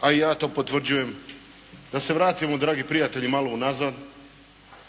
a i ja to potvrđujem, da se vratimo dragi prijatelji malo unazad